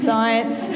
Science